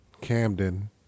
Camden